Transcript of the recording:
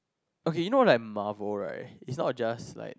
okay you know like marvel right is not just